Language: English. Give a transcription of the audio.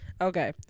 Okay